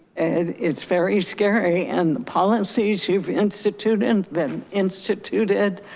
and it's very scary, and the policies you've instituted, and been instituted,